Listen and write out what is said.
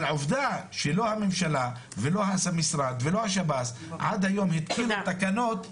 אבל עובדה שלא הממשלה ולא המשרד ולא השב"ס עד היום התקינו תקנות לשיקום.